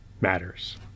matters